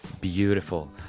Beautiful